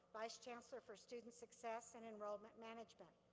vice chancellor for student success and enrollment management.